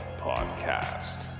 Podcast